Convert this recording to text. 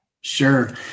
Sure